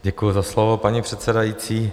Děkuju za slovo, paní předsedající.